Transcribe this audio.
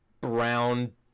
brown